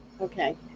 Okay